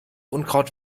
unkraut